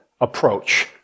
approach